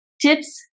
tips